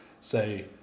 say